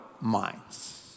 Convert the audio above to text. minds